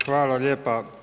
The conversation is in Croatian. Hvala lijepo.